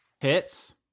Hits